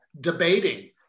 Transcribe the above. debating